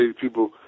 people